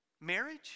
marriage